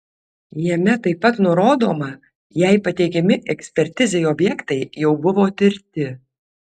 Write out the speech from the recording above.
jame taip pat nurodoma jei pateikiami ekspertizei objektai jau buvo tirti